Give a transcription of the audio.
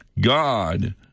God